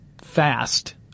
fast